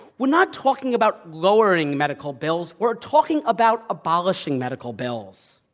we're not talking about lowering medical bills we're talking about abolishing medical bills.